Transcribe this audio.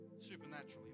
Supernaturally